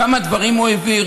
כמה דברים הוא העביר?